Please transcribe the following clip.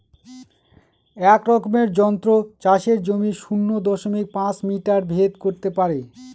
এক রকমের যন্ত্র চাষের জমির শূন্য দশমিক পাঁচ মিটার ভেদ করত পারে